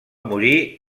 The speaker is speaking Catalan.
morir